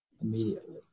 immediately